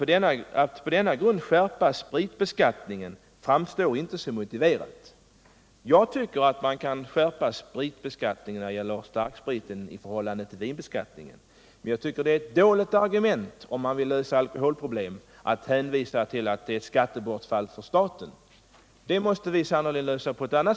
Det har talats om gordiska knutar förut här i kammaren; den debatten skall jag — finkänslig som jag är — inte förlänga. F. ö., herr talman, skall vi verkligen här i landet behöva övergångsbestämmelser för förtärande av vanligt enkelt öl?